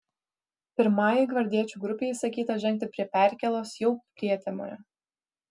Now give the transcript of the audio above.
pirmajai gvardiečių grupei įsakyta žengti prie perkėlos jau prietemoje